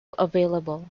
available